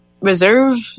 reserve